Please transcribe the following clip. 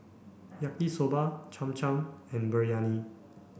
Yaki Soba Cham Cham and Biryani